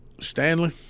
Stanley